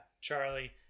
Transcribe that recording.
Charlie